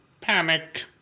Panic